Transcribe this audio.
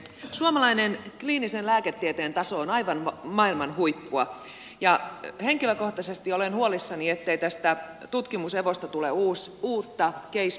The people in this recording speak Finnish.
suomalainen kliinisen lääketieteen taso on aivan maailman huippua ja henkilökohtaisesti olen huolissani ettei tästä tutkimus evosta tule uutta case päihdeäitejä